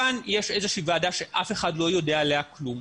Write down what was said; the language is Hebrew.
כאן יש איזה שהיא ועדה שאף אחד לא יודע עליה כלום,